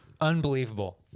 Unbelievable